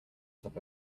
top